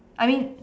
I mean